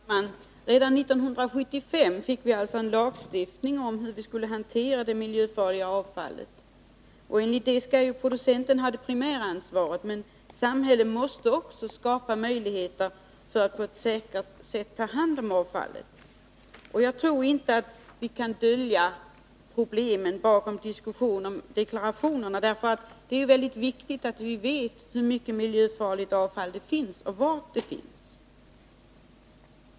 Herr talman! Redan 1975 fick vi en lagstiftning om hur man skulle hantera det miljöfarliga avfallet. Enligt den skall producenten ha det primära ansvaret. Men samhället måste också skapa möjligheter att på ett säkert sätt ta hand om avfallet. Jag tror inte vi kan dölja problemen bakom diskussion om deklarationerna — det är viktigt att vi vet hur mycket miljöfarligt avfall det finns och var det finns.